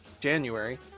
January